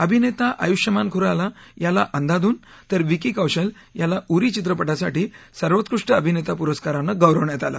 अभिनेता आयुष्यमान खुराना याला अंदाधून तर विकी कौशल याला उरी चित्रपटासाठी सर्वोत्कृष्ट अभिनेता पुरस्कारानं गौरवण्यात आलं